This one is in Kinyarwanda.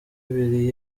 ibiri